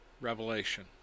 Revelation